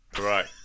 Right